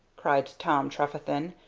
cried tom trefethen,